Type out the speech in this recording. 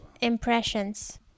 impressions